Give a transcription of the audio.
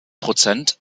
prozent